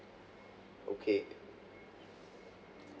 okay